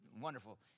wonderful